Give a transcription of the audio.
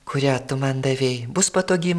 kurią tu man davei bus patogi